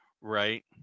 Right